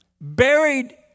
buried